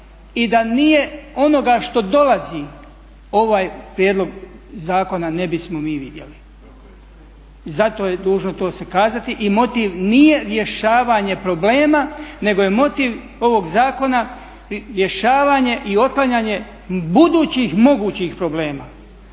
i da nije onoga što dolazi ovaj prijedlog zakona ne bismo mi vidjeli. Zato je dužno to se kazati i motiv nije rješavanje problema nego je motiv ovoga zakona rješavanje i otklanjanje budućih mogućih problema